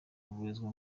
kuvurizwa